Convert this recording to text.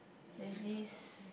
there's this